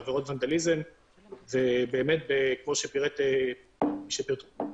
בעבירות ונדליזם וכמו שפירטו במשרד,